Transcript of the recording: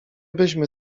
byśmy